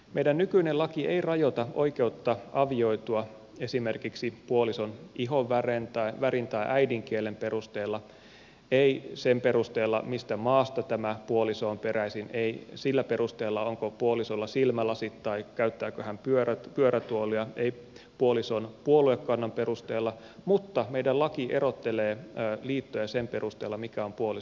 meidän nykyinen laki ei rajoita oikeutta avioitua esimerkiksi puolison ihonvärin tai äidinkielen perusteella ei sen perusteella mistä maasta tämä puoliso on peräisin ei sillä perusteella onko puolisolla silmälasit tai käyttääkö hän pyörätuolia ei puolison puoluekannan perusteella mutta meidän laki erottelee liittoja sen perusteella mikä on puolison sukupuoli